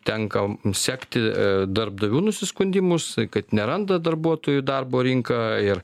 tenka sekti darbdavių nusiskundimus kad neranda darbuotojų darbo rinka ir